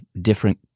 different